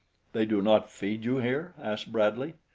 they do not feed you here? asked bradley.